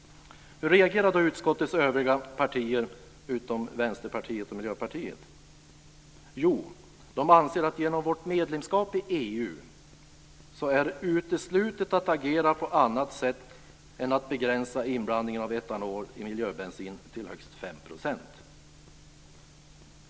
Hur reagerade då utskottets övriga partier, utom Vänsterpartiet och Miljöpartiet? De anser att genom Sveriges medlemskap i EU är det uteslutet att agera på annat sätt än att begränsa inblandningen av etanol i miljöbensin till högst 5 %.